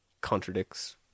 contradicts